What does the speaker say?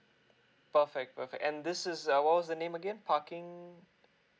perfect perfect and this is uh what was the name again parking